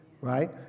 right